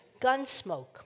Gunsmoke